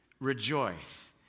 rejoice